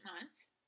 months